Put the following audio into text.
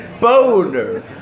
boner